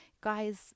Guys